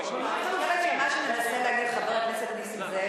מה שמנסה להגיד חבר הכנסת נסים זאב,